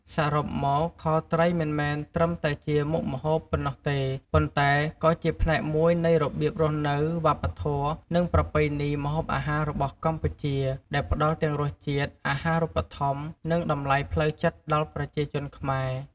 សរុបមក ខត្រីមិនមែនត្រឹមតែជាមុខម្ហូបប៉ុណ្ណោះទេ ប៉ុន្តែក៏ជាផ្នែកមួយនៃរបៀបរស់នៅ វប្បធម៌ និងប្រពៃណីម្ហូបអាហាររបស់កម្ពុជា ដែលផ្តល់ទាំងរសជាតិ អាហារូបត្ថម្ភ និងតម្លៃផ្លូវចិត្តដល់ប្រជាជនខ្មែរ។